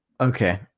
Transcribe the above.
Okay